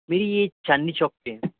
نہیں یہ چاندنی چوک پہ ہے